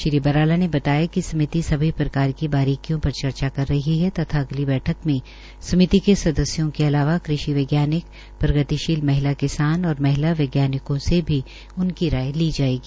श्री बराला ने बताया कि समिति सभी प्रकार की बारीकियों पर चर्चा कर रही है तथा अगली बैठक में समिति के सदस्यों के अलावा कृषि वैज्ञानिक प्रगतिशील महिला किसान और महिला वैज्ञानिकों से भी उनकी राय ली जाएगी